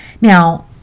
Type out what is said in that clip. Now